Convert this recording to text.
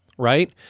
right